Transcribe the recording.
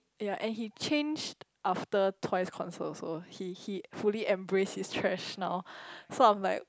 and he changed after Twice concert also he he fully embrace his thrash now so I'm like